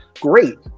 great